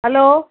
hello